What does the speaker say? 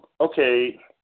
okay